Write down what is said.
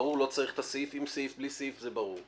ברור, לא צריך את הסעיף, עם סעיף, זה ברור.